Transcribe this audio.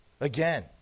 again